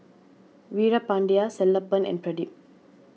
Veerapandiya Sellapan and Pradip